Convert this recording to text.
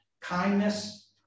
kindness